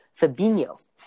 Fabinho